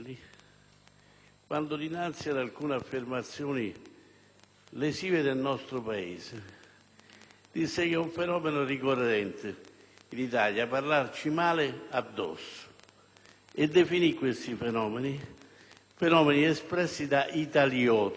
quando dinanzi ad alcune affermazioni, lesive del nostro Paese, disse che è un fenomeno ricorrente in Italia parlarci male addosso e definì questi fenomeni espressi da italioti.